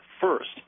first